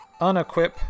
unequip